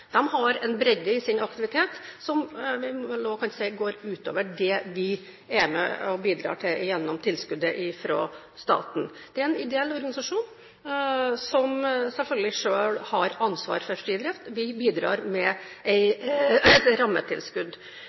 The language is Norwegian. har. De har en bredde i sin aktivitet som vi vel også må kunne si går utover det vi bidrar til gjennom tilskuddet fra staten. Det er en ideell organisasjon som selvfølgelig selv har ansvar for sin drift. Vi bidrar med et rammetilskudd.